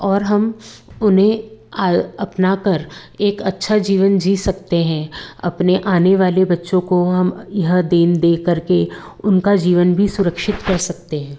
और हम उन्हें अपना कर एक अच्छा जीवन जी सकते हैं अपने आने वाले बच्चों को हम यह देन दे कर के उनका जीवन भी सुरक्षित कर सकते हैं